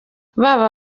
baba